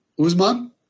Uzman